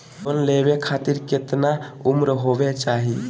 Loan लेवे खातिर केतना उम्र होवे चाही?